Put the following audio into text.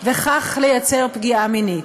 וכך לייצר פגיעה מינית.